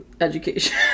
education